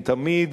הן תמיד